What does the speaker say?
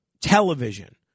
television